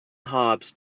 hobs